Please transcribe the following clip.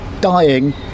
dying